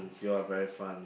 if you'll very fun